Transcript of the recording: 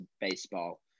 baseball